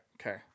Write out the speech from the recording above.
okay